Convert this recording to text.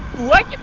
what